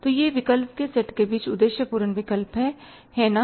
तो यह विकल्प के सेट के बीच उद्देश्य पूर्ण विकल्प है है ना